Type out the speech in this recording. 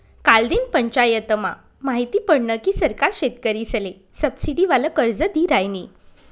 कालदिन पंचायतमा माहिती पडनं की सरकार शेतकरीसले सबसिडीवालं कर्ज दी रायनी